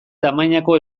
tamainako